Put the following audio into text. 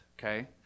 okay